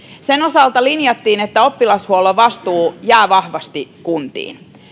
sen osalta linjattiin että oppilashuollon vastuu jää vahvasti kuntiin